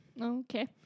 Okay